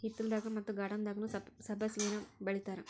ಹಿತ್ತಲದಾಗ ಮತ್ತ ಗಾರ್ಡನ್ದಾಗುನೂ ಸಬ್ಬಸಿಗೆನಾ ಬೆಳಿತಾರ